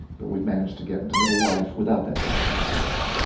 but we've managed to get into middle life without that ghastly disease,